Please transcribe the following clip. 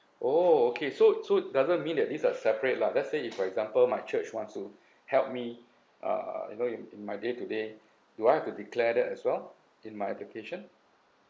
oh okay so so doesn't mean that this a separate lah let's say if for example my church wants to help me uh you know in in my day to day do I have to declare that as well in my application